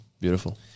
Beautiful